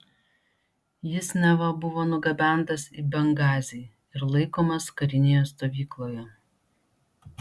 jis neva buvo nugabentas į bengazį ir laikomas karinėje stovykloje